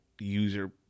user